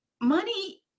money